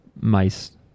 mice